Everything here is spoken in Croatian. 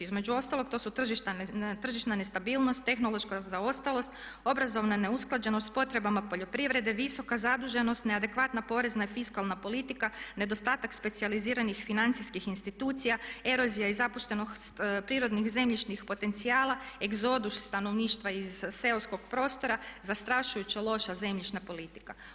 Između ostalog to su tržišna nestabilnost, tehnološka zaostalost, obrazovna neusklađenost s potrebama poljoprivrede, visoka zaduženost, neadekvatna porezna i fiskalna politika, nedostatak specijaliziranih financijskih institucija, erozija i zapuštenost prirodnih zemljišnih potencijala, egzodus stanovništva iz seoskog prostora, zastrašujuća loša zemljišna politika.